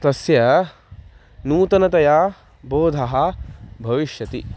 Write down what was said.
तस्य नूतनतया बोधः भविष्यति